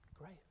Great